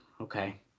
Okay